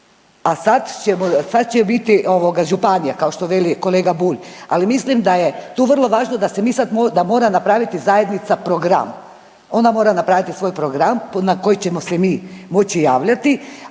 sad će biti ovoga županija kao što veli kolega Bulj, ali mislim da je tu vrlo važno da se mi sad, da mora napraviti zajednica program, ona mora napraviti svoj program na koji ćemo se mi moći javljati,